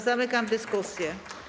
Zamykam dyskusję.